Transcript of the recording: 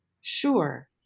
Sure